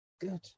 good